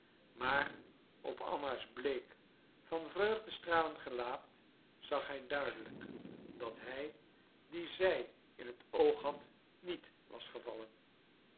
maar op anna's bleek van vreugde stralend gelaat zag hij duidelijk dat hij dien zij in het oog had niet was gevallen